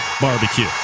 Barbecue